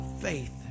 faith